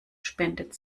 spendet